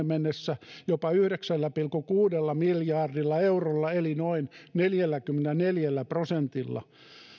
mennessä jopa yhdeksällä pilkku kuudella miljardilla eurolla eli noin neljälläkymmenelläneljällä prosentilla